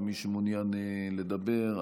ומי שמעוניין לדבר,